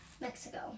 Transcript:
Mexico